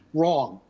wrong.